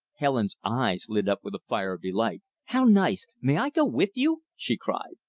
helen's eyes lit up with a fire of delight. how nice! may i go with you? she cried.